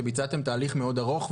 שביצעתם תהליך ארוך,